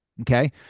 okay